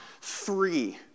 three